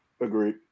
Agreed